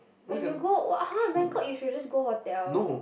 when you go what !huh! Bangkok you should just go hotel